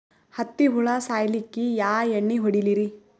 ಹತ್ತಿ ಹುಳ ಸಾಯ್ಸಲ್ಲಿಕ್ಕಿ ಯಾ ಎಣ್ಣಿ ಹೊಡಿಲಿರಿ?